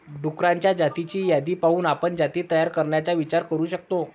डुक्करांच्या जातींची यादी पाहून आपण जाती तयार करण्याचा विचार करू शकतो